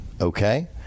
Okay